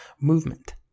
movement